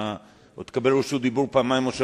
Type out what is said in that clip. אתה עוד תקבל כאן את רשות הדיבור עוד פעמיים או שלוש.